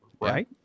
Right